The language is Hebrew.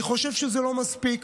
אני חושב שזה לא מספיק.